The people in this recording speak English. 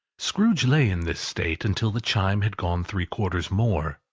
scrooge lay in this state until the chime had gone three quarters more,